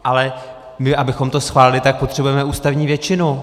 Ale my, abychom to schválili, potřebujeme ústavní většinu.